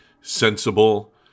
sensible